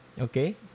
Okay